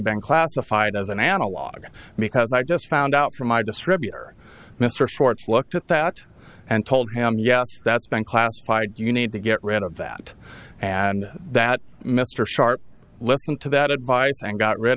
been classified as an analog because i just found out from my distributor mr schwartz looked at that and told him yes that's been classified you need to get rid of that and that mr sharp listened to that advice and got rid